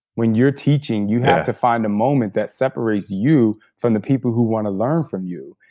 when you're teaching, you have to find a moment that separates you, from the people who want to learn from you.